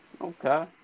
Okay